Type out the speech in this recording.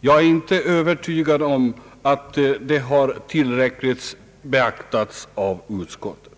Jag är inte övertygad om att det har tillräckligt beaktats av utskottet.